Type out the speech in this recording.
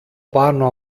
πάνω